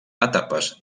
etapes